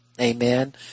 Amen